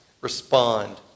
respond